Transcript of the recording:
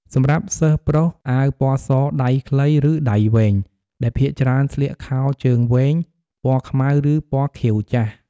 សម្រាប់សិស្សប្រុស អាវពណ៌ស ដៃខ្លី ឬដៃវែង ហើយភាគច្រើនស្លៀកខោជើងវែង ពណ៌ខ្មៅ ឬពណ៌ខៀវចាស់។